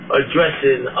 addressing